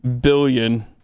billion